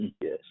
Yes